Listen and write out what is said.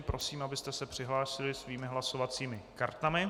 Prosím, abyste se přihlásili svými hlasovacími kartami.